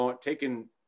taking